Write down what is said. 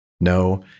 No